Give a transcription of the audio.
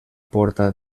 porta